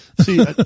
See